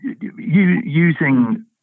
Using